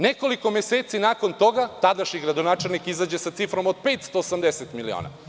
Nekoliko meseci nakon toga, tadašnji gradonačelnik izađe sa cifrom od 580 miliona.